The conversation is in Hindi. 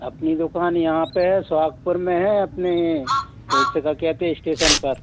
अपनी दुकान यहाँ पर है सोहागपुर में है अपने उसे का कहते इस्टेसन पर